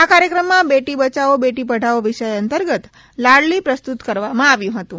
આ કાર્યક્રમમાં બેટી બયાવો બેટી પઢાવો વિષય અંતર્ગત લાડલી પ્રસ્તુત કરવામાં આવ્યું હતું